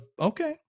okay